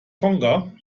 tonga